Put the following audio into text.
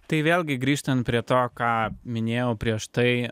tai vėlgi grįžtant prie to ką minėjau prieš tai